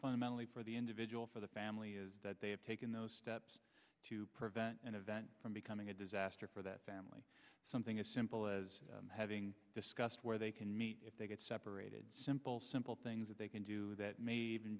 fundamentally for the individual for the family is that they have taken those steps to prevent an event from becoming a disaster for that family something as simple as having discussed where they can meet if they get separated simple simple things that they can do that